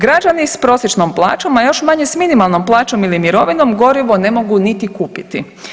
Građani s prosječnom plaćom, a još manje s minimalnom plaćom ili mirovinom gorivo ne mogu niti kupiti.